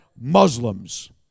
Muslims